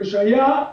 כשהיה,